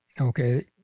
okay